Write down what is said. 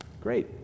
Great